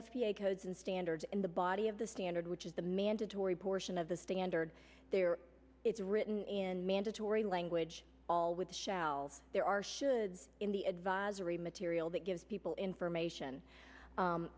a codes and standards in the body of the standard which is the mandatory portion of the standard there is written in mandatory language all with a shelf there are should in the advisory material that gives people information